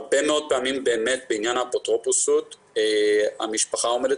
הרבה מאוד פעמים באמת בעניין האפוטרופסות המשפחה עומדת